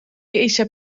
eisiau